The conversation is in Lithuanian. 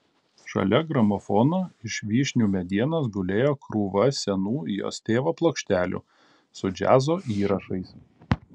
šalia gramofono iš vyšnių medienos gulėjo krūva senų jos tėvo plokštelių su džiazo įrašais